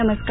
नमस्कार